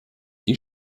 die